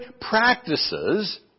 practices